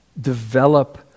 develop